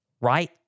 Right